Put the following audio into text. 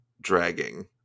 dragging